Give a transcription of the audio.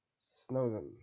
Snowden